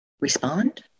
respond